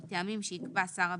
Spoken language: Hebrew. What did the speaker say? מטעמים שיקבע שר הביטחון,